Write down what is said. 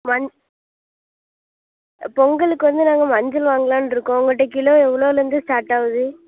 ஆ பொங்கலுக்கு வந்து நாங்கள் மஞ்சள் வாங்கலாம்ன்ட்டுருக்கோம் உங்கள்ட்ட கிலோ எவ்ளோலேருந்து ஸ்டார்ட்டாகுது